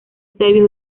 serbios